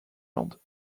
landes